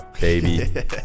baby